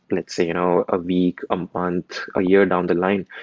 let's say, you know a week, a month, a year down the line,